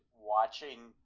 watching